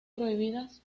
prohibidas